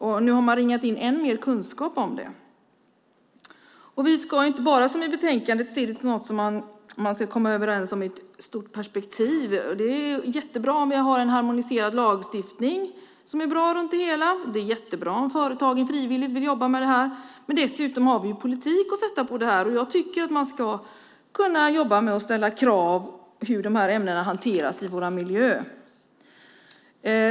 Och nu har man ringat in än mer kunskap om detta. Vi ska inte bara, som i betänkandet, se det här som något som man ska komma överens om i ett stort perspektiv. Det är jättebra om vi har en harmoniserad lagstiftning runt det hela. Det är jättebra om företagen frivilligt vill jobba med det här. Men dessutom har vi politik att sätta in. Jag tycker att man ska kunna jobba med att ställa krav när det gäller hur de här ämnena hanteras i vår miljö.